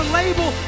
label